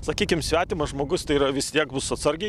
sakykim svetimas žmogus tai yra vis tiek bus atsargiai